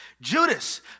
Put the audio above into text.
Judas